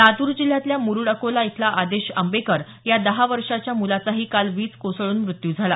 लातूर जिल्ह्यातल्या मुरुड अकोला इथला आदेश आंबेकर या दहा वर्षाचा मुलाचाही काल वीज कोसळून मृत्यू झाला